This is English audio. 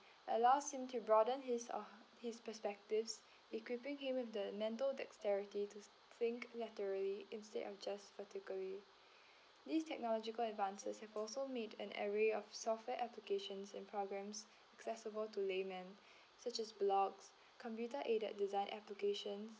allows him to broaden his uh his perspectives equipping him with the mental dexterity to think laterally instead of just vertically these technological advances have also meet an array of software applications and programs accessible to layman such as blogs computer aided design applications